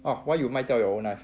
!wah! why you 卖掉 your own knife